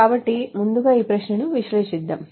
కాబట్టి ముందుగా ఈ ప్రశ్నను విశ్లేషిద్దాం